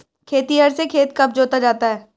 खेतिहर से खेत कब जोता जाता है?